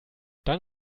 dann